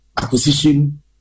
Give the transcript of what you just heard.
acquisition